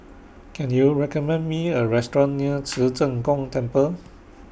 Can YOU recommend Me A Restaurant near Ci Zheng Gong Temple